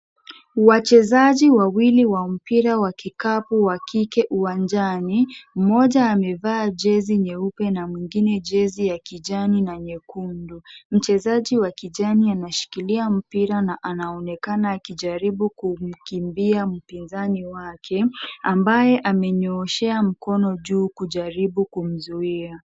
Wachezaji wawili wa mpira wa kikapu wa kike uwanjani. Mmoja amevaa jezi nyeupe na mwingine jezi ya kijani na nyekundu. Mchezaji wa kijani anashikilia mpira na anaonekana akijaribu kumkimbia mpinzani wake. Ambaye amenyooshea mkono juu kujaribu kumzuia.